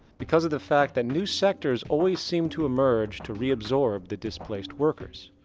because of the fact that new sectors always seemed to emerge to re-absorb the displaced workers.